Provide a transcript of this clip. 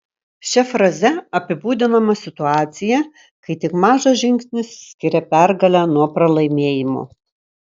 šia fraze apibūdinama situacija kai tik mažas žingsnis skiria pergalę nuo pralaimėjimo